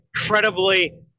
incredibly